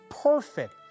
perfect